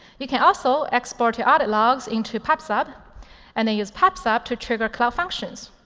you can also export your audit logs into pub sub and then use pub sub to trigger cloud functions.